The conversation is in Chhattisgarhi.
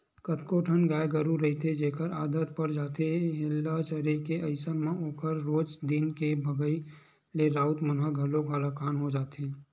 कतको ठन गाय गरु रहिथे जेखर आदत पर जाथे हेल्ला चरे के अइसन म ओखर रोज दिन के भगई ले राउत मन ह घलोक हलाकान हो जाथे